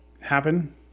happen